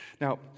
Now